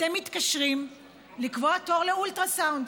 אתם מתקשרים לקבוע תור לאולטרסאונד